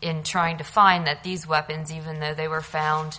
in trying to find that these weapons even though they were found